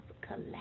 collapse